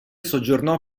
soggiornò